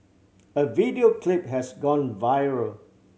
a video clip has gone viral